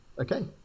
Okay